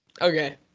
Okay